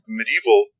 medieval